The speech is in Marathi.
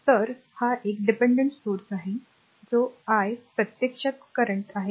तर हा एक dependent स्त्रोत आहे जो I प्रत्यक्षात current आहे 0